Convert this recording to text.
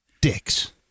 Dicks